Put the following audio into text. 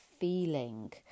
feeling